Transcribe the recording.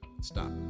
Stop